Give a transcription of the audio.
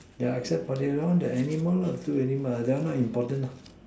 yeah except but they don't want the animal lah two animal ah that one not important lah